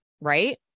right